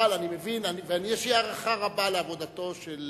אבל אני מבין, ואני, יש לי הערכה רבה לעבודתו של